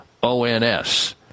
ONS